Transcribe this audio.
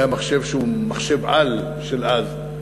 היה מחשב-על של אז,